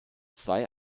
zwei